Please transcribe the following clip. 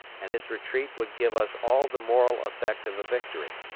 and his retreat would give us all the moral effect of a victory.